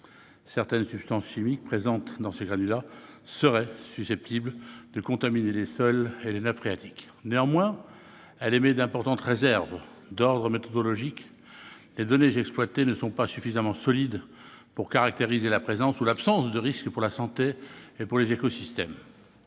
Certaines substances chimiques présentes dans ces granulats seraient susceptibles de contaminer les sols et les nappes phréatiques. Néanmoins, elle émet d'importantes réserves d'ordre méthodologique : les données exploitées ne sont pas suffisamment solides pour caractériser la présence ou l'absence de risque pour la santé et pour les écosystèmes.